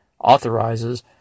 authorizes